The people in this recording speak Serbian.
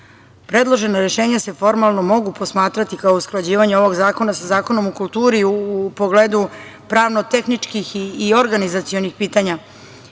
Predložena rešenja se formalno mogu posmatrati kao usklađivanje ovog zakona sa Zakonom o kulturi u pogledu pravno-tehničkih i organizacionih pitanja,